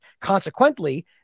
Consequently